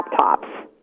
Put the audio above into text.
laptops